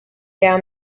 down